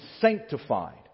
sanctified